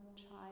child